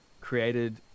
created